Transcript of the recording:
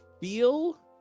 feel